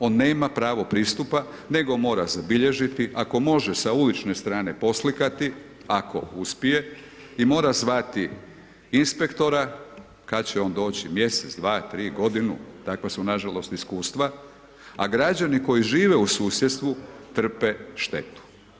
On nema pravo pristupa nego mora zabilježiti, ako može sa ulične strane poslikati, ako uspije i mora zvati inspektora, kad će on doći, mjesec, dva, tri, godinu, takva su nažalost iskustva, a građani koji žive u susjedstvu trpe štetu.